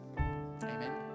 Amen